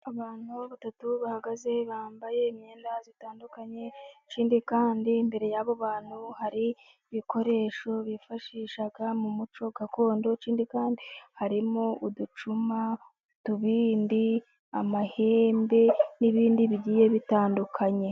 Abantu batatu bahagaze bambaye imyenda itandukanye, ikindi kandi imbere y'abo bantu hari ibikoresho bifashisha mu muco gakondo, ikindi kandi harimo uducuma, utubindi, amahembe n'ibindi bigiye bitandukanye.